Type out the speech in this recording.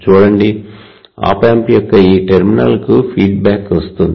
చూడండి op amp యొక్క ఈ టెర్మినల్కు ఫీడ్బ్యాక్ వస్తోంది